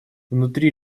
внутри